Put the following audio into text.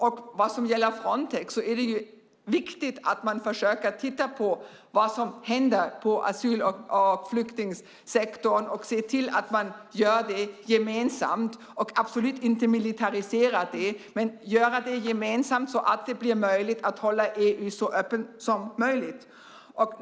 När det gäller Frontex är det viktigt att man försöker titta på vad som händer i asyl och flyktingsektorn och ser till att man gör det gemensamt, och absolut inte militariserar det, så att det blir möjligt att hålla EU så öppet som möjligt.